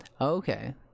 okay